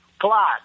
plot